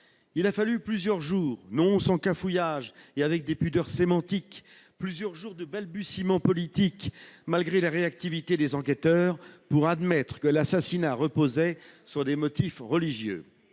Il a fallu plusieurs jours- non sans cafouillages et avec des pudeurs sémantiques-, plusieurs jours de balbutiements politiques, malgré la réactivité des enquêteurs, pour admettre que l'assassinat reposait sur des motifs religieux.